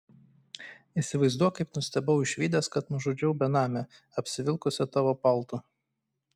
įsivaizduok kaip nustebau išvydęs kad nužudžiau benamę apsivilkusią tavo paltu